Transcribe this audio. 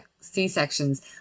C-sections